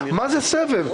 מה זה סבב?